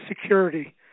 security